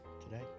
today